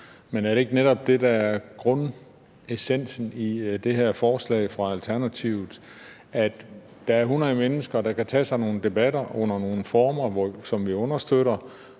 Men er det ikke netop det, der er grundessensen i det her forslag fra Alternativet: At der er 100 mennesker, der kan tage sådan nogle debatter under nogle former, som vi understøtter,